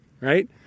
right